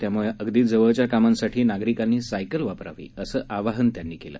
त्यामूळे अगदी जवळच्या कामांसाठी नागरिकांनी सायकल वापरावी असं आवाहन त्यांनी केलं